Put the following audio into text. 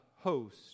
host